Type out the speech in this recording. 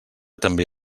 també